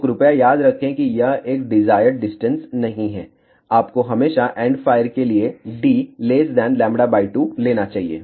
तो कृपया याद रखें कि यह एक डिजायर्ड डिस्टेंस नहीं है आपको हमेशा एंडफ़ायर ऐरे के लिएd λ2 लेना चाहिए